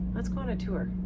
let's go on a tour.